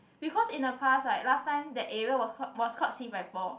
because in the past like last time that area was was called was called Si-Pai-Por